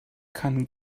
kann